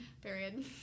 period